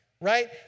right